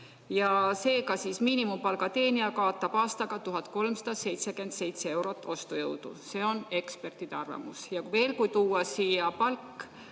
Seega siis miinimumpalga teenija kaotab aastaga 1377 eurot ostujõudu. See on ekspertide arvamus. Ja veel, kui tuua siia palk